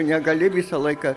negali visą laiką